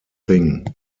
thing